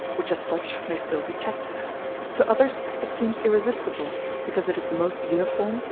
which as such may still be checked to others it seems irresistible, because it is the most uniform,